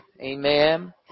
Amen